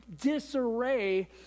disarray